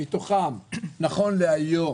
מתוכם נכון להיום